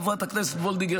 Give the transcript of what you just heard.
חברת הכנסת וולדיגר,